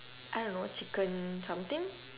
I don't know chicken something